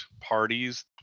parties